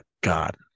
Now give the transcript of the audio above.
God